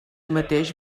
mateix